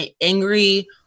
angry